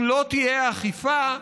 אם לא תהיה אכיפה,